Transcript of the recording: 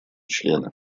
члены